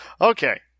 okay